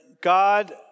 God